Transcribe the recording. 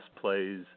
plays